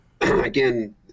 Again